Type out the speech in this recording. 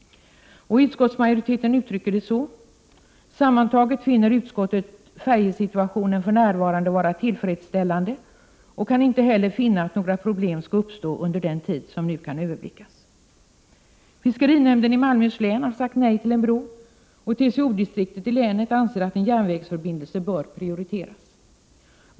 Utskottsmajoriteten uttrycker det så: ”Sammantaget finner utskottet färjesituationen för närvarande vara tillfredsställande och kan inte heller finna att några problem skall uppstå under den tid som nu kan överblickas.” 95 Fiskerinämnden i Malmöhus län har sagt nej till en bro, och TCO-distriktet 30 november 1988 i länet anser att en järnvägsförbindelse bör prioriteras.